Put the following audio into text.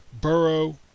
Burrow